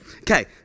Okay